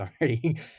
already